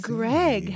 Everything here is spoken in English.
Greg